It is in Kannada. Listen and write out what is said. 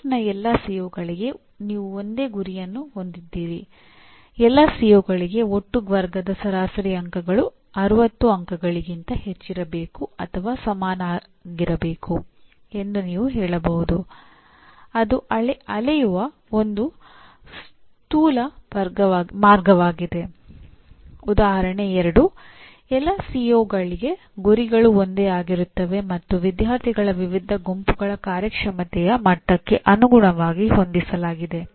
ಪಠ್ಯಕ್ರಮದ ಎಲ್ಲಾ ಸಿಒಗಳಿಗೆ ಗುರಿಗಳು ಒಂದೇ ಆಗಿರುತ್ತವೆ ಮತ್ತು ವಿದ್ಯಾರ್ಥಿಗಳ ವಿವಿಧ ಗುಂಪುಗಳ ಕಾರ್ಯಕ್ಷಮತೆಯ ಮಟ್ಟಕ್ಕೆ ಅನುಗುಣವಾಗಿ ಹೊಂದಿಸಲಾಗಿದೆ